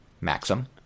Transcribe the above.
maxim